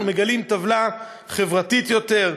אנחנו מגלים טבלה חברתית יותר,